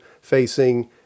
facing